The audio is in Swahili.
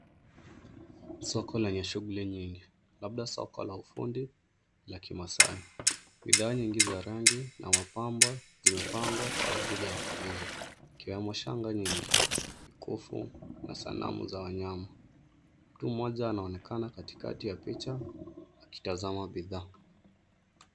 Soko lenye shughuli nyingi, labda soko la ufundi la kimasai. Bidhaa nyingi za rangi na mapambo zimepangwa kwa ajili ya kuuza ikiwemo shanga nyingi, mikufu na sanamu za wanyama . Mtu mmoja anaonekana katikati ya picha akitazama bidhaa.